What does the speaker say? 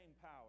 power